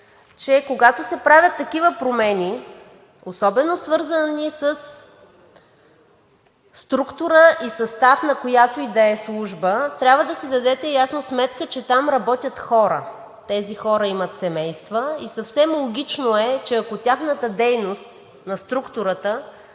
че когато се правят такива промени особено свързани със структура и състава на която и да е служба, трябва да си дадете ясно сметка, че там работят хора, тези хора имат семейства и съвсем логично е, че ако тяхната дейност – на структурата,